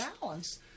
balance